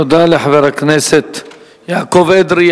תודה לחבר הכנסת יעקב אדרי.